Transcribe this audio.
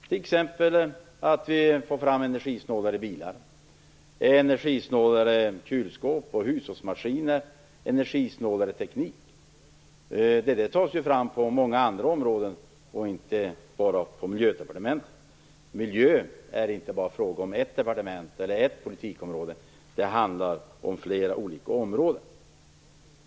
Vi måste t.ex. få fram energisnålare bilar, energisnålare kylskåp och hushållsmaskiner och energisnålare teknik. Det här tas ju fram på många andra områden, inte bara på Miljödepartementet. Miljöfrågor handlar inte bara om ett departement eller ett politikområde, det handlar om flera olika områden.